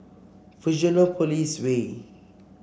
Fusionopolis Way